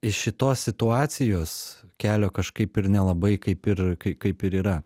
iš šitos situacijos kelio kažkaip ir nelabai kaip ir kaip ir yra